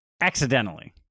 accidentally